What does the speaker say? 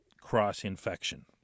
cross-infection